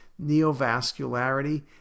neovascularity